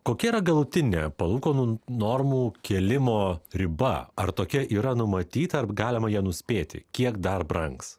kokia yra galutinė palūkanų normų kėlimo riba ar tokia yra numatyta ar galima ją nuspėti kiek dar brangs